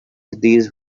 these